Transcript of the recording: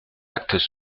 actes